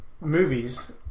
movies